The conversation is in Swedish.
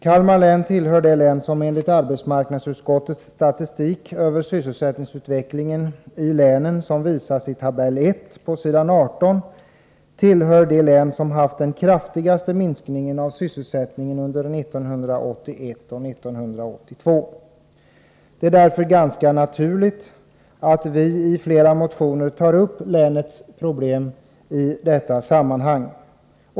Kalmar län tillhör de län som enligt arbetsmarknadsutskottets statistik över sysselsättningsutvecklingen i länet, som visas i tabell 1 på s. 18, har haft den kraftigaste minskningen av sysselsättningen under 1981-1982. Det är därför ganska naturligt att vi i flera motioner tar upp länets problem i detta sammanhang.